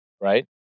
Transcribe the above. right